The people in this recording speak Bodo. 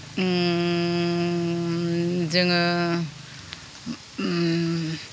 जोङो